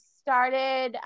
started